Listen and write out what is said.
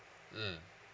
mm